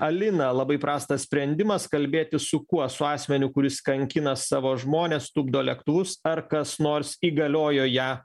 alina labai prastas sprendimas kalbėtis su kuo su asmeniu kuris kankina savo žmones tupdo lėktuvus ar kas nors įgaliojo ją